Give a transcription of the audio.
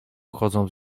wchodzą